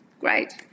Great